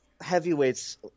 heavyweights